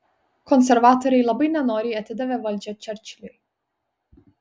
konservatoriai labai nenoriai atidavė valdžią čerčiliui